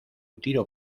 tiro